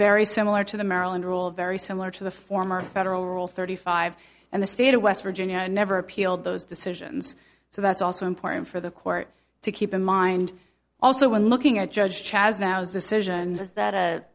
very similar to the maryland rule very similar to the former federal rule thirty five and the state of west virginia never appealed those decisions so that's also important for the court to keep in mind also when looking at judge chaz now it's decision is that